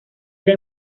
era